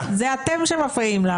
איך היית מציעה להתמודד עם זה?